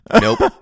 Nope